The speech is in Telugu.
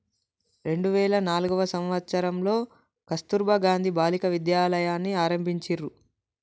రెండు వేల నాల్గవ సంవచ్చరంలో కస్తుర్బా గాంధీ బాలికా విద్యాలయని ఆరంభించిర్రు